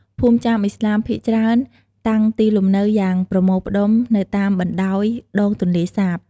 ភូមិចាមឥស្លាមភាគច្រើនតាំងទីលំនៅយ៉ាងប្រមូលផ្តុំនៅតាមបណ្ដោយ ដងទន្លេសាប។